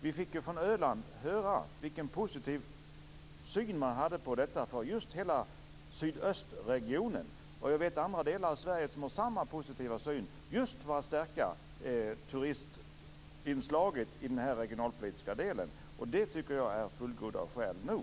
Vi fick ju från Öland höra vilken positiv syn man har på detta från hela den sydöstra regionen. Jag vet också att andra delar av Sverige har samma positiva syn just för att stärka turisminslaget i den regionalpolitiska delen. Det tycker jag är fullgoda skäl nog.